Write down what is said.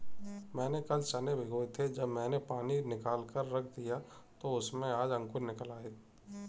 मैंने कल चने भिगोए थे जब मैंने पानी निकालकर रख दिया तो उसमें आज अंकुर निकल आए